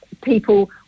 people